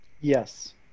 Yes